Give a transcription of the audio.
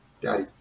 Daddy